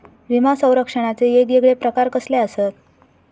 विमा सौरक्षणाचे येगयेगळे प्रकार कसले आसत?